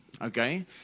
Okay